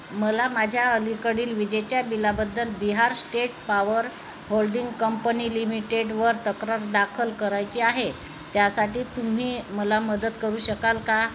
मला माझ्या अलीकडील विजेच्या बिलाबद्दल Bihar state power holding company लिमिटेडवर तक्रार दाखल करायची आहे त्यासाठी तुम्ही मला मदत करू शकाल का